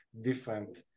different